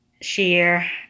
share